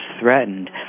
threatened